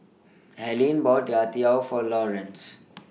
Harlene bought Youtiao For Lawrence